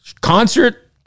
concert